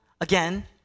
again